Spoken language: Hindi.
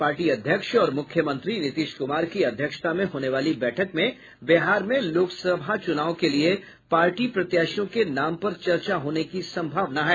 पार्टी अध्यक्ष और मुख्यमंत्री नीतीश कुमार की अध्यक्षता में होने वाली बैठक में बिहार में लोकसभा चुनाव के लिए पार्टी प्रत्याशियों के नाम पर चर्चा होने की सम्भावना है